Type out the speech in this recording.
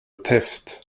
theft